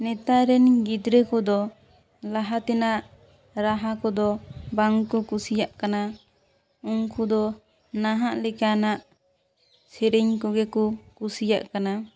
ᱱᱮᱛᱟᱨᱮᱱ ᱜᱤᱫᱽᱨᱟᱹ ᱠᱚᱫᱚ ᱞᱟᱦᱟ ᱛᱮᱱᱟᱜ ᱨᱟᱦᱟ ᱠᱚᱫᱚ ᱵᱟᱝ ᱠᱚ ᱠᱩᱥᱤᱭᱟᱜ ᱠᱟᱱᱟ ᱩᱱᱠᱩ ᱫᱚ ᱱᱟᱦᱟᱜ ᱞᱮᱠᱟᱱᱟᱜ ᱥᱮᱨᱮᱧ ᱠᱚᱜᱮ ᱠᱚ ᱠᱩᱥᱤᱭᱟᱜ ᱠᱟᱱᱟ